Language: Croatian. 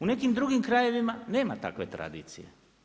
U nekim drugim krajevima nema takve tradicije.